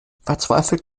verzweifelt